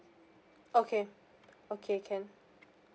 okay okay can